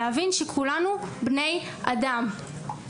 להבין שכולנו בני אדם.